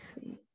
see